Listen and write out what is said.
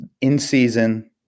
in-season